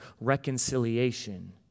reconciliation